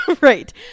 right